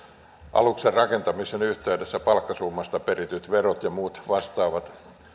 aluksen rakentamisen yhteydessä palkkasummasta perityt verot ja muut vastaavat